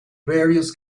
various